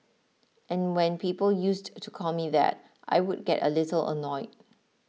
and when people used to call me that I would get a little annoyed